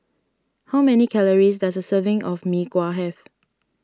how many calories does a serving of Mee Kuah have